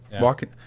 walking